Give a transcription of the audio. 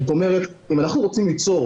זאת אומרת, אם אנחנו רוצים ליצור